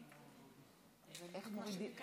תודה.